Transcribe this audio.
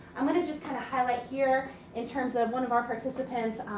i'm gonna just kinda highlight here in terms of one of our participants.